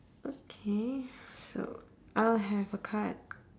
okay so I'll have a card